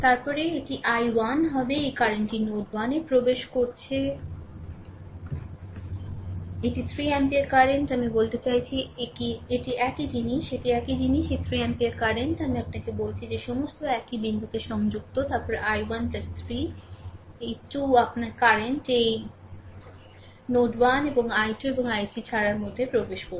তারপরে এটি i 1 হবে এই কারেন্টটি নোড 1 এ প্রবেশ করছে এটি 3 অ্যাম্পিয়ার কারেন্ট আমি বলতে চাইছি এটি একই জিনিস এটি একই জিনিস এই 3 অ্যাম্পিয়ার কারেন্ট আমি আপনাকে বলেছি যে সমস্ত একই বিন্দুতে সংযুক্ত তারপরে i1 3 এই 2 আপনার কারেন্ট এই নোড 1 এবং i2 এবং i3 ছাড়ার মধ্যে প্রবেশ করছে